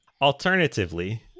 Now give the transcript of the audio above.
alternatively